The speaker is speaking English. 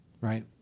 Right